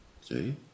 See